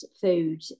food